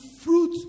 fruit